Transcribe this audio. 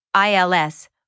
ILS